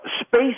Space